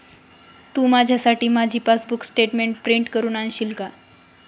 तू माझ्यासाठी माझी passbook statement print करून आणशील का?